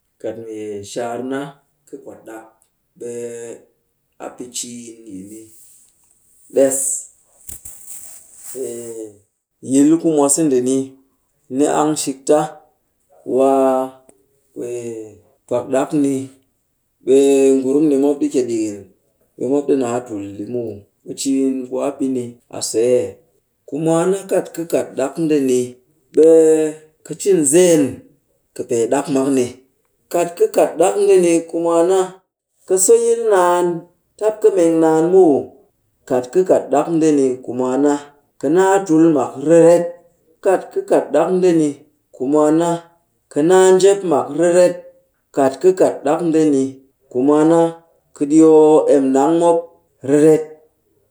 Kat mee shaar na kɨ kwat ɗak, ɓe a pɨ ciin yi ni ɗess. Pee yil ku mwase ndeni, ni ang shik ta. Waa kwee pak ɗak ni, ɓe ngurum ni mop ɗi kia ɗikin, ɓe mop ɗi naa tul ɗi muw. Ɓe ciin ku a pɨ ni a see, ku mwaan na, kat kɨ kat ɗak ndeni, ka cin zeen kɨpee ɗak mak ni. kat ka kat ɗak ndeni ku mwaan na, ka so yil naan. Tap ka meng naan muw. Kat ka kat ɗak ndeni ku mwaan na, ka naa tul mak riret. Kat ka kat dak ndeni ku mwaan na, ka naa njep mak riret. Kat ka kat ɗak ndeni ku mwaan na, ka ɗyoo em nang mop riret.